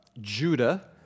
Judah